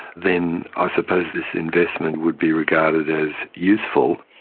then i suppose this investment would be regarded as useful.